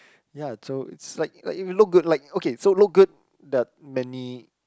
ya so it's like like you look good like okay so look good there're many